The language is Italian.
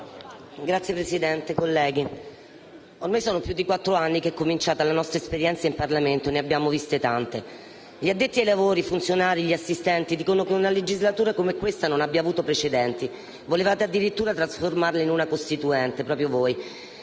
Signora Presidente, colleghi, sono più di quattro anni che è cominciata la nostra esperienza in Parlamento e ne abbiamo viste tante. Gli addetti ai lavori, funzionari, assistenti, dicono che una legislatura come questa non ha avuto precedenti. Volevate trasformarla in una Costituente: proprio voi,